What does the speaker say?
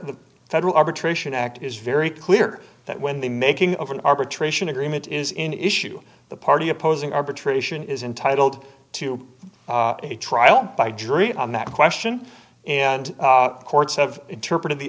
the federal arbitration act is very clear that when the making of an arbitration agreement is in issue the party opposing arbitration is entitled to a trial by jury on that question and courts have interpreted the